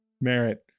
Merit